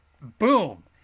Boom